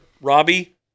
Robbie